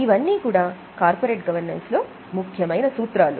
ఇవన్నీ కూడా corporate governance లో ముఖ్యమైన సూత్రాలు